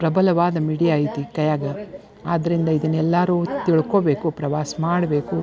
ಪ್ರಭಲವಾದ media ಐತಿ ಕೈಯಾಗ ಆದ್ದರಿಂದ ಇದನ್ನು ಎಲ್ಲರೂ ತಿಳ್ಕೋಬೇಕು ಪ್ರವಾಸ ಮಾಡಬೇಕು